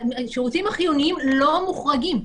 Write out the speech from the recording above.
השירותים החיוניים לא מוחרגים.